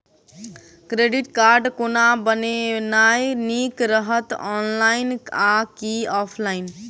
Credit card कोना बनेनाय नीक रहत? ऑनलाइन आ की ऑफलाइन?